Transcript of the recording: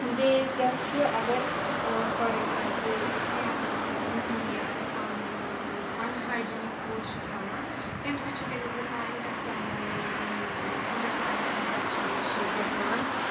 بیٚیہِ ییٚتہِ کیٛاہ چھُ اگر فار ایٚگزامپٕل کیٚنٛہہ معموٗلی اِنسان اَن ہَیجیٖنِک فُڈ چھِ کھٮ۪وان تمہِ سۭتۍ چھِ تٔمِس گژھان اِنٹَسٹاینَل یِم اِنٹَسٹاینَل اِنفٮ۪کشَنٕز چھِس گَژھان